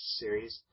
series